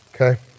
okay